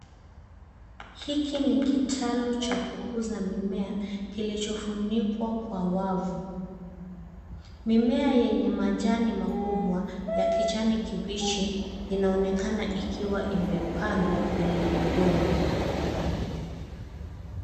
Hiki ni kitalu cha kukuza mimea kilichofunikwa kwa wavu. Mimea yenye majani makubwa ya kijani kibichi inaonekana ikiwa imepandwa kwenye udongo.